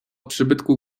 przybytku